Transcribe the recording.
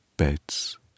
Beds